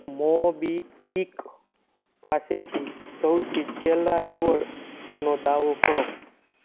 MobiKwik પાસેથી સૌથી છેલ્લા રીવોર્ડનો દાવો કરો